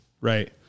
Right